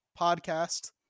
podcast